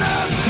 up